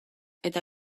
eta